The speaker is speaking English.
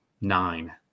nine